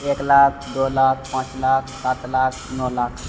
एक लाख दो लाख पाँच लाख सात लाख नओ लाख